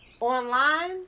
online